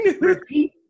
Repeat